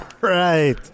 right